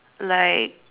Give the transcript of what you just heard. like